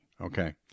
Okay